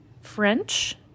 French